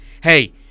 hey